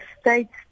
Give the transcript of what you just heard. states